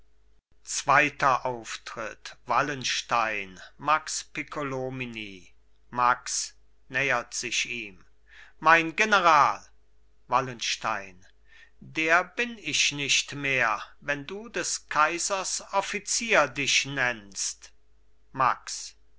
zweiter auftritt wallenstein max piccolomini max nähert sich ihm mein general wallenstein der bin ich nicht mehr wenn du des kaisers offizier dich nennst max